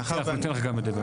אני אתן לך גם לדבר.